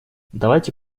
давайте